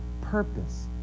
purpose